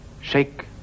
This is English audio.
Shake